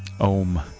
om